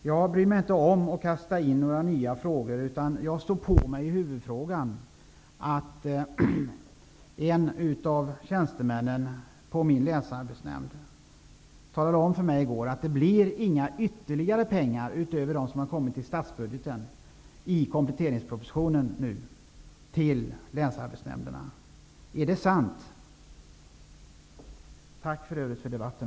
Jag bryr mig inte om att kasta in några nya frågor, utan jag står på mig i huvudfrågan, nämligen att en av tjänstemännen i min länsarbetsnämnd i går talade om för mig att det inte blir några ytterligare pengar till länsarbetsnämnderna utöver dem i statsbudgeten som föreslås i kompletteringspropositionen. Är det sant? Jag tackar för debatten.